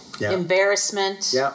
embarrassment